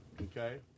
Okay